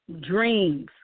Dreams